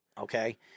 Okay